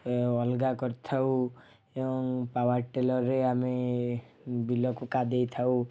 ଏ ଅଲଗା କରିଥାଉ ଏବଂ ପାୱାର୍ ଟିଲରରେ ଆମେ ବିଲକୁ କାଦେଇ ଥାଉ